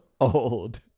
Old